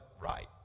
right